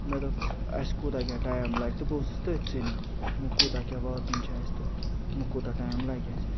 مےٚ دۄپ اَسہِ کوٗتاہ کیٛاہ ٹایِم لَگہِ تہٕ بہٕ اوسُس تٔتھۍ سٔنِتھ وۄنۍ کوٗتاہ کیٛاہ واتُن چھِ اَسہِ تہٕ وۄنۍ کوٗتاہ ٹایِم لگہِ اَسہِ